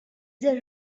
there